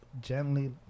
gently